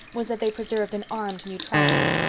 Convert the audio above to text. was that they preserved an armed neutrality.